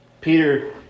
Peter